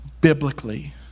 biblically